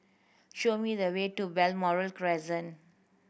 show me the way to Balmoral Crescent